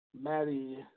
Maddie